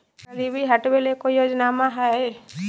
गरीबी हटबे ले कोई योजनामा हय?